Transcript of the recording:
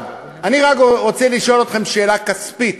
אני רוצה לשאול אתכם שאלה כספית: